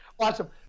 Awesome